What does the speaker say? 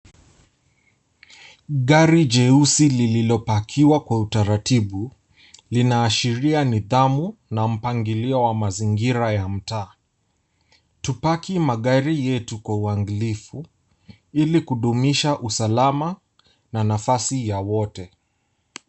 Gari jeusi lililopakiwa kwa utaratibu linaashiria nidhamu na mpangilio wa mazingira ya mtaa. Tupaki magari yetu kwa uangalifu ili kudumisha usalama na nafasi ya wote.